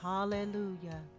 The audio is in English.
Hallelujah